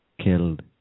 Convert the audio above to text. killed